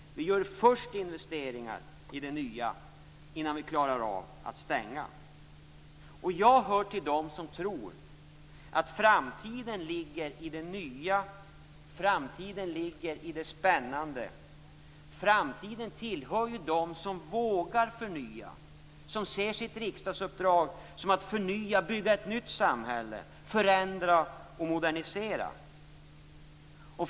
Vi gör först investeringar i det nya, innan vi klarar av att stänga. Jag hör till dem som tror att framtiden ligger i det nya. Framtiden ligger i det spännande. Framtiden tillhör dem som vågar förnya, som ser sitt riksdagsuppdrag som ett uppdrag att förnya, bygga ett nytt samhälle, förändra och modernisera.